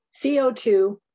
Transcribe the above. CO2